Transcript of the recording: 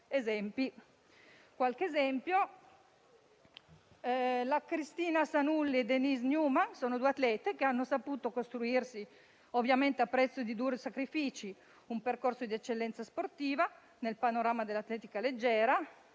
qualche esempio. Cristina Sanulli e Denise Neumann sono due atlete che hanno saputo costruirsi, ovviamente a prezzo di duri sacrifici, un percorso di eccellenza sportiva nel panorama dell'atletica leggera,